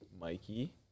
Mikey